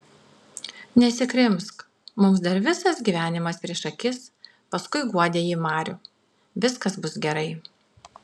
nesikrimsk mums dar visas gyvenimas prieš akis paskui guodė ji marių viskas bus gerai